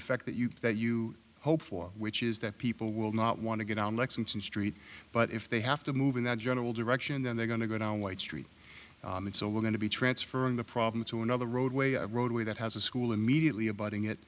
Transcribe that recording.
effect that you that you hope for which is that people will not want to get on lexington street but if they have to move in that general direction then they're going to go down white street and so we're going to be transferring the problem to another roadway a roadway that has a school immediately abiding it